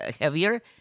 heavier